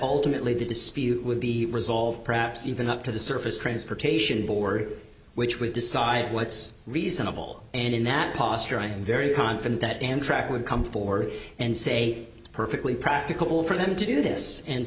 ultimately the dispute would be resolved perhaps even up to the surface transportation board which would decide what's reasonable and in that posture i'm very confident that amtrak would come forward and say it's perfectly practicable for them to do this and